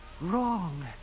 Wrong